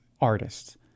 artists